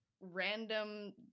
random